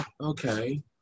okay